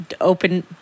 open